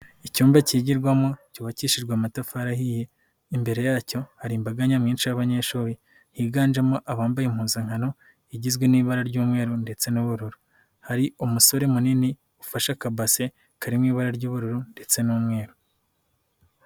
Icyumba cyigirwamo, cyubakishijwe amatafari ahiye. Imbere yacyo hari imbaga nyamwinshi y'abanyeshuri higanjemo abambaye impuzankano igizwe n'ibara ry'umweru ndetse n'ubururu. Hari umusore munini ufasha akabase kari mu ibara ry'ubururu ndetse n'umweru.